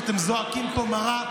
שאתם זועקים פה מרה,